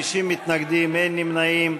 50 מתנגדים, אין נמנעים.